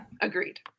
agreed